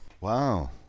Wow